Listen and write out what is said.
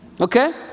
okay